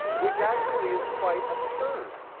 which actually is quite absurd